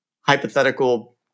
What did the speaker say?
hypothetical